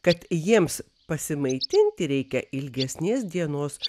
kad jiems pasimaitinti reikia ilgesnės dienos